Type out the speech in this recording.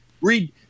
Read